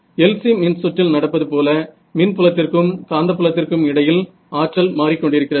LC மின்சுற்றில் நடப்பது போல மின் புலத்திற்கும் காந்தப் புலத்திற்கும் இடையில் ஆற்றல் மாறிக்கொண்டிருக்கிறது